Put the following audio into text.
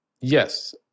Yes